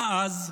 מה אז?